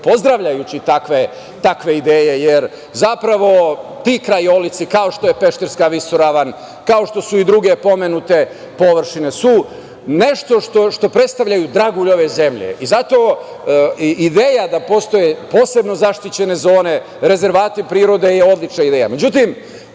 pozdravljajući takve ideje, jer zapravo ti krajolici kao što je Pešterska visoravan, kao i druge pomenute površine, su nešto što predstavljaju dragulj ove zemlje i zato ideja da postoje posebno zaštićene zone, rezervati prirode je odlična ideja. Kao